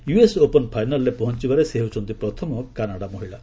US open ଫାଇନାଲ୍ରେ ପହଞ୍ଚବାରେ ସେ ହେଉଛନ୍ତି ପ୍ରଥମ କାନାଡା ମହିଳା